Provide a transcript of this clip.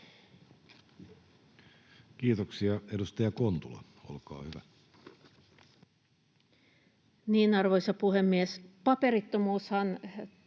Kiitoksia. — Edustaja Kontula, olkaa hyvä. Arvoisa puhemies! Lähdetään